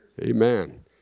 Amen